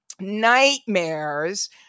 Nightmares